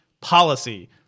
policy